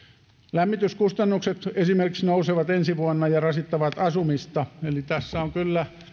lämmityskustannukset esimerkiksi nousevat ensi vuonna ja rasittavat asumista eli tässä on kyllä